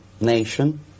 nation